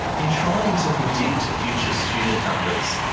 in trying to predict future student numbers,